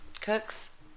cooks